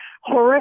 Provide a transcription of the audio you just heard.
horrible